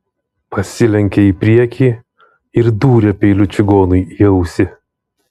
pasilenkė į priekį ir dūrė peiliu čigonui į ausį